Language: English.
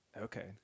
Okay